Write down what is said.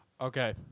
Okay